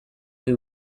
who